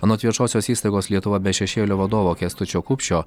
anot viešosios įstaigos lietuva be šešėlio vadovo kęstučio kupšio